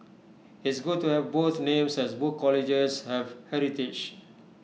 it's good to have both names as both colleges have heritage